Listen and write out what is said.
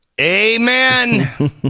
Amen